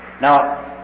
Now